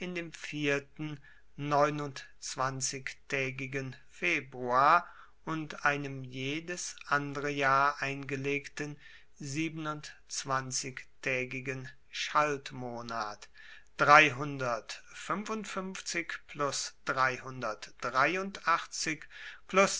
dem vierten neunundzwanzigtaegigen februar und einem jedes andere jahr eingelegten siebenundzwanzigtaegigen schaltmonat